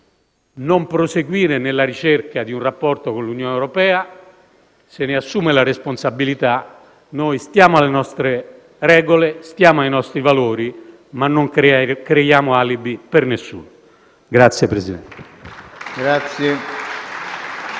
non proseguire nella ricerca di un rapporto con l'Unione europea, se ne assuma la responsabilità. Noi stiamo alle nostre regole, stiamo ai nostri valori, ma non creiamo alibi per nessuno. *(Applausi